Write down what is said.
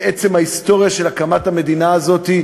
בעצם ההיסטוריה של הקמת המדינה הזאת,